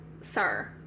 sir